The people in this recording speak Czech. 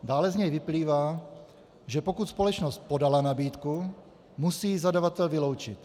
Dále z něj vyplývá, že pokud společnost podala nabídku, musí ji zadavatel vyloučit.